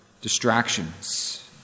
distractions